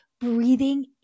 breathing